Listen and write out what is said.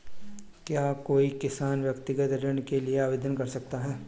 क्या कोई किसान व्यक्तिगत ऋण के लिए आवेदन कर सकता है?